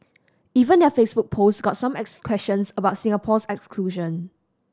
even their Facebook post got some questions about Singapore's exclusion